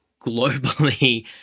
globally